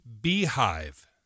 Beehive